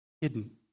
Hidden